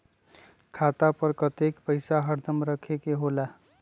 खाता पर कतेक पैसा हरदम रखखे के होला?